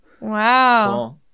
Wow